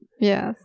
Yes